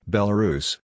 Belarus